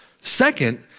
Second